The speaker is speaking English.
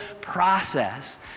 process